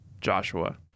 Joshua